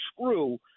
screw